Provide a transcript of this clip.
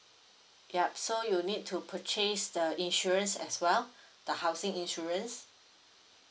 yup so you need to purchase the insurance as well the housing insurance